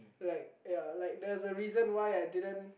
like ya like there's a reason why I didn't